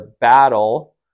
battle